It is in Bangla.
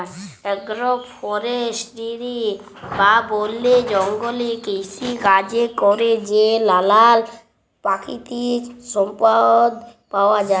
এগ্র ফরেস্টিরি বা বলে জঙ্গলে কৃষিকাজে ক্যরে যে লালাল পাকিতিক সম্পদ পাউয়া যায়